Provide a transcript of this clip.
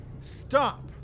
Stop